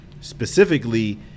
specifically